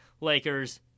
Lakers